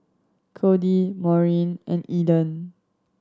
Cody Maureen and Eden